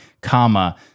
comma